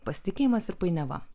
pasitikėjimas ir painiava